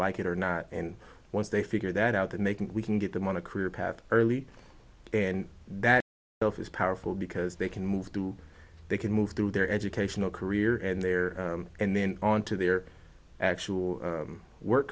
like it or not and once they figure that out and they can we can get them on a career path early and that is powerful because they can move to they can move through their educational career and there and then on to their actual work